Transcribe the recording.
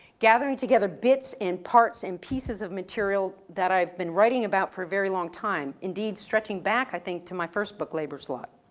gathering together bits and parts and pieces of material that i've been writing about for a very long time. indeed, stretching back, i think, to my first book, labor's lot.